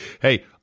Hey